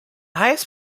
highest